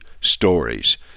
stories